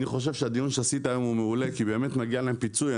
אני חושב שהדיון שעשית היום הוא מעולה כי באמת מגיע להם פיצוי,